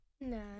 No